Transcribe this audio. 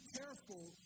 careful